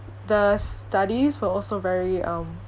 the studies were also very um